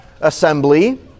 assembly